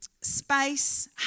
space